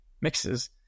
mixes